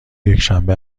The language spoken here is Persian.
یکشنبه